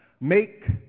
Make